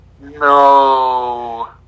No